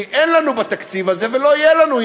כי אין לנו בתקציב הזה ולא תהיה לנו,